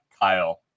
Kyle